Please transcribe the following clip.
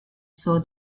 saw